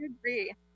agree